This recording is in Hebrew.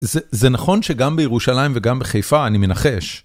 זה נכון שגם בירושלים וגם בחיפה, אני מנחש...